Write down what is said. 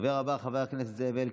הדובר הבא, חבר הכנסת זאב אלקין.